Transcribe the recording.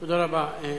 תודה רבה.